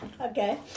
okay